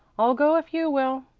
i'll go if you will.